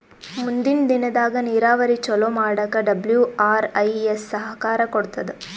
ಮುಂದಿನ್ ದಿನದಾಗ್ ನೀರಾವರಿ ಚೊಲೋ ಮಾಡಕ್ ಡಬ್ಲ್ಯೂ.ಆರ್.ಐ.ಎಸ್ ಸಹಕಾರ್ ಕೊಡ್ತದ್